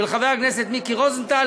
של חבר הכנסת מיקי רוזנטל,